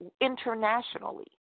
internationally